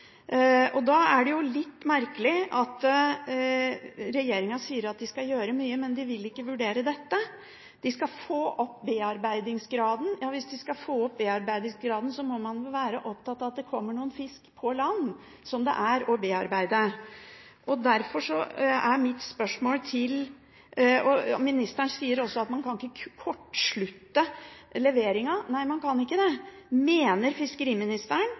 Da er det litt merkelig at regjeringen sier at de skal gjøre mye, men de vil ikke vurdere dette. De skal få opp bearbeidingsgraden. Hvis de skal få opp bearbeidingsgraden, må man vel være opptatt av at det kommer noe fisk på land som er å bearbeide. Ministeren sa også at man ikke kan kortslutte leveringen. Nei, man kan ikke det, og derfor er mitt spørsmål: Mener fiskeriministeren